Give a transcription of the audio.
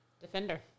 Defender